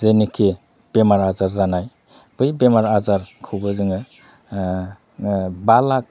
जेनिखि बेमार आजार जानाय बै बेमार आजारखौबो जोङो बा लाख